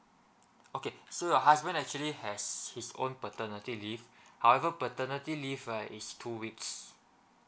okay so your husband actually has his own paternity leave however paternity leave right is two weeks